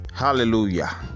hallelujah